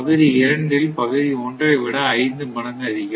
பகுதி இரண்டில் பகுதி ஒன்றை விட ஐந்து மடங்கு அதிகம்